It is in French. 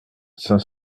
cinq